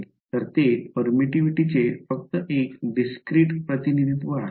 तर हे परमिटिव्हिटीचे फक्त एक discrete प्रतिनिधित्व आहे